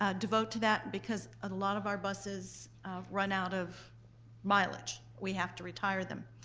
ah devote to that because a lot of our buses run out of mileage. we have to retire them.